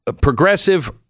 progressive